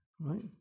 right